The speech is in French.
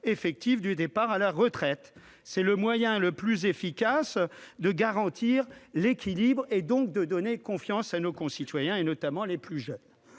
de départ à la retraite. C'est le moyen le plus efficace de garantir l'équilibre, donc de donner confiance à nos concitoyens, notamment les plus jeunes.